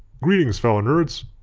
greetings fellow nerds.